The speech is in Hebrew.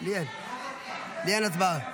לי אין הצבעה.